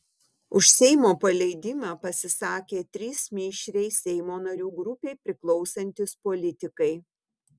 už seimo paleidimą pasisakė trys mišriai seimo narių grupei priklausantys politikai